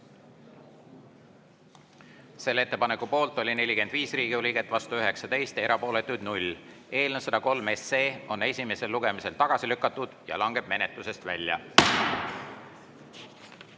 Selle ettepaneku poolt oli 45 Riigikogu liiget, vastu 19, erapooletuid 0. Eelnõu 103 on esimesel lugemisel tagasi lükatud ja langeb menetlusest välja.